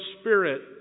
Spirit